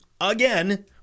again